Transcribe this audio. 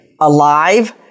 alive